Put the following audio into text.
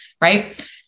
Right